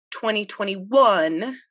2021